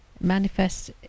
Manifest